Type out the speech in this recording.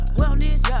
wellness